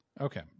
Okay